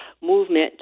movement